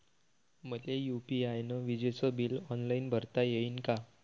मले यू.पी.आय न विजेचे बिल ऑनलाईन भरता येईन का?